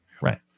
Right